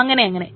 അങ്ങനെ അങ്ങനെ